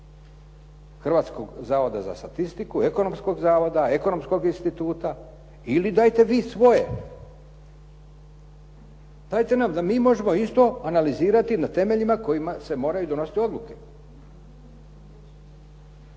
Hrvatskog zavoda za statistiku, Ekonomskog zavoda, Ekonomskog instituta ili dajte vi svoje. Dajte nam da mi možemo isto analizirati na temeljima kojima se moraju donositi odluke.